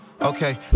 Okay